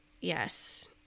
Yes